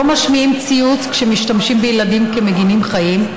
לא משמיעים ציוץ כשמשתמשים בילדים כמגינים חיים,